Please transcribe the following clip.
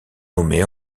nommée